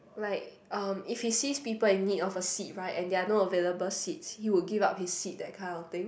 like um if he sees people in need of a seat right and there are no available seats he will give up his seat that kind of thing